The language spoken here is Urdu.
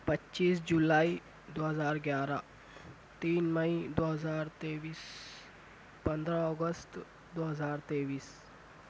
پچیس جولائی دو ہزار گیارہ تین مئی دو ہزار تئیس پندرہ اگست دو ہزار تئیس